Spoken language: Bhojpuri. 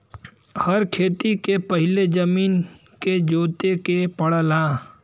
हर खेती के पहिले जमीन के जोते के पड़ला